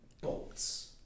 bolts